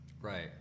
Right